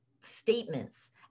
statements